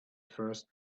first